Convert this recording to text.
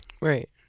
Right